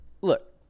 Look